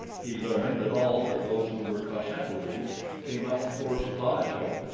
he learned that all but those who were cos-ata-lu came up cor-sva-jo,